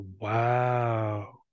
wow